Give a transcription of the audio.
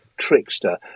trickster